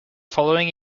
following